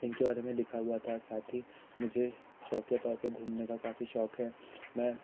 इनके बारे में लिखा हुआ था साथ ही मुझे शौकिया तौर पर घूमने का काफ़ी शौक है मैं